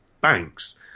Banks